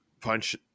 punch